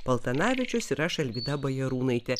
paltanavičius ir aš alvyda bajarūnaitė